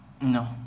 no